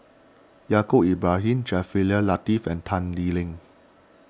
Yaacob Ibrahim Jaafar Latiff and Tan Lee Leng